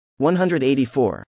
184